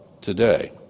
today